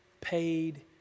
paid